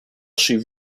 she